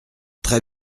très